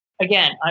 again